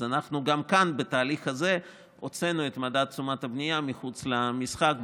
אז גם כאן בתהליך הזה הוצאנו את מדד תשומות הבנייה מחוץ למשחק,